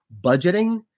budgeting